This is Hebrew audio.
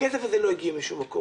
הכסף הזה לא הגיע משום מקום.